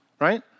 right